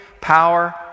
power